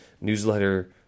newsletter